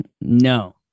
No